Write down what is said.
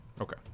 okay